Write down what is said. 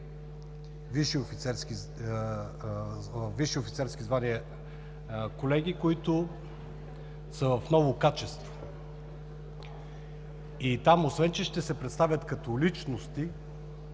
висши офицерски звания, колеги, които са в ново качество и там освен че ще се представят като личности,